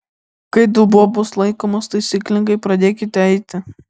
kai dubuo bus laikomas taisyklingai pradėkite eiti